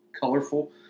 colorful